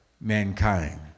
mankind